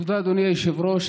תודה, אדוני היושב-ראש.